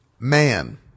Man